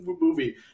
movie